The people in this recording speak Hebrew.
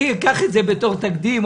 אני אקח את זה בתור תקדים.